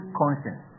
conscience